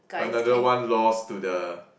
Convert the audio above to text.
another one lost to the